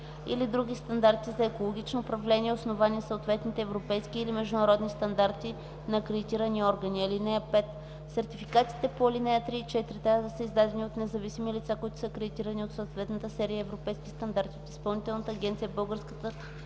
или други стандарти за екологично управление, основани на съответните европейски или международни стандарти на акредитирани органи. (5) Сертификатите по ал. 3 и 4 трябва да са издадени от независими лица, които са акредитирани по съответната серия европейски стандарти от Изпълнителна агенция „Българска